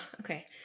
okay